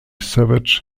savage